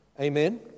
Amen